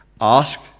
Ask